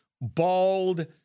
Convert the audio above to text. bald